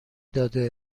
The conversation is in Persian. داده